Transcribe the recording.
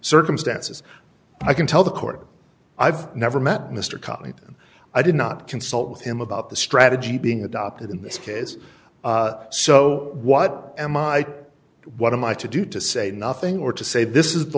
circumstances i can tell the court i've never met mr copley i did not consult with him about the strategy being adopted in this case so what am i what am i to do to say nothing or to say this is the